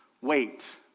wait